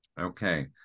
Okay